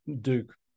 Duke